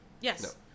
Yes